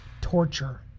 torture